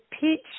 peach